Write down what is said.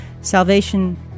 Salvation